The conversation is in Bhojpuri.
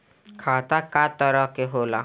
खाता क तरह के होला?